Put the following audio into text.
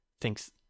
thinks